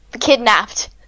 kidnapped